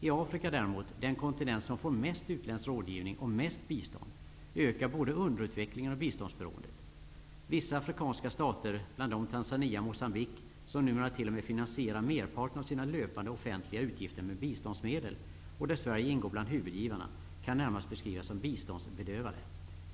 I Afrika -- den kontinent som får mest utländsk rådgivning och mest bistånd -- ökar däremot både underutvecklingen och biståndsberoendet. Vissa afrikanska stater, bland dem Tanzania och Mocambique, kan närmast beskrivas som biståndsbedövade. De finansierar numer t.o.m. merparten av sina löpande offentliga utgifter med biståndsmedel, och Sverige är en av huvudbiståndsgivarna.